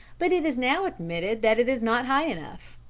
but it is now admitted that it is not high enough.